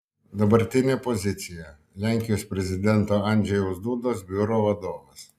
dabartinė pozicija lenkijos prezidento andžejaus dudos biuro vadovas